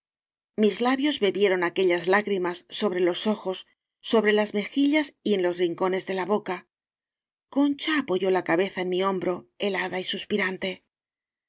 mis labios bebieron aquellas lágri mas sobre los ojos sobre las mejillas y en los rincones de la boca concha apoyó la cabeza en mi hombro helada y